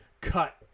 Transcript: cut